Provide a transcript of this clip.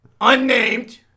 Unnamed